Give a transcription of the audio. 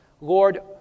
Lord